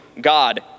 God